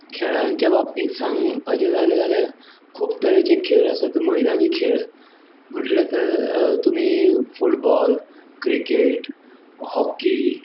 खेळांचे बाबतींत सांगूंक अशें जाले जाल्यार खूब तरेचे खेळ आसात मैदानी खेळ म्हणटले तर तुमी फुटबॉल क्रिकेट हॉकी